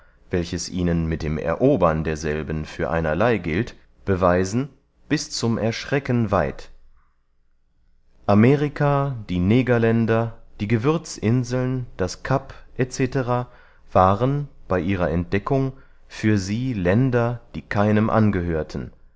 welches ihnen mit dem erobern derselben für einerley gilt beweisen bis zum erschrecken weit amerika die negerländer die gewürzinseln das kap c waren bey ihrer entdeckung für sie länder die keinem angehörten